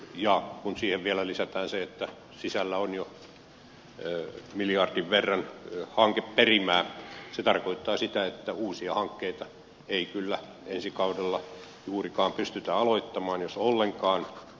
kun siihen vielä lisätään se että sisällä on jo miljardin verran hankeperimää se taas tarkoittaa sitä että uusia hankkeita ei kyllä ensi kaudella juurikaan pystytä aloittamaan jos ollenkaan